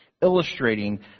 illustrating